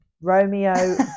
Romeo